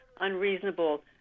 unreasonable